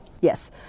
Yes